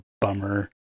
bummer